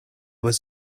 was